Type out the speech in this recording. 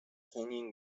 canyon